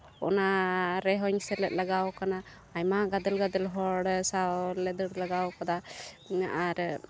ᱚᱱᱟ ᱨᱮᱦᱚᱧ ᱥᱮᱞᱮᱫ ᱞᱮᱜᱟᱣ ᱠᱟᱱᱟ ᱟᱭᱢᱟ ᱜᱟᱫᱮᱞ ᱜᱟᱫᱮᱞ ᱦᱚᱲ ᱥᱟᱶ ᱞᱮ ᱫᱟᱹᱲ ᱞᱮᱜᱟᱣ ᱠᱟᱫᱟ ᱟᱨ